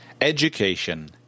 education